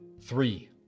Three